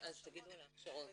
אז תגידו גם על ההכשרות.